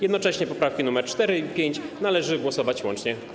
Jednocześnie nad poprawkami nr 4 i 5 należy głosować łącznie.